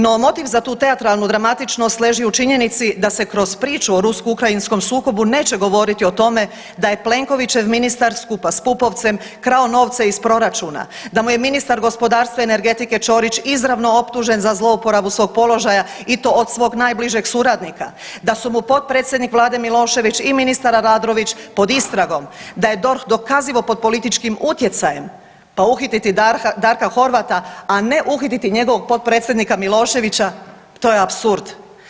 No motiv za tu teatralnu dramatičnost leži u činjenici da se kroz priču o rusko-ukrajinskom sukobu neće govoriti o tome da je Plenkovićev ministar skupa s Pupovcem krao novce iz proračuna, da mu je ministar gospodarstva i energetike Ćorić izravno optužen za zlouporabu svog položaja i to od svog najbližeg suradnika, da su mu potpredsjednik vlade Milošević i ministar Aladrović pod istragom, da je DORH dokazivo pod političkim utjecajem, pa uhititi Darka Horvata, a ne uhititi njegovog potpredsjednika Miloševića to je apsurd.